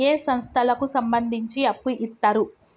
ఏ సంస్థలకు సంబంధించి అప్పు ఇత్తరు?